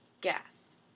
gas